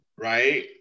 right